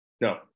no